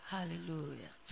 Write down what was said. Hallelujah